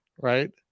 Right